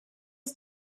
und